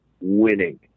winning